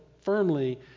firmly